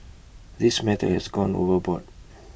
this matter has gone overboard